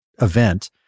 event